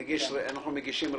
נמנעים,